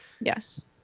Yes